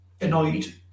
annoyed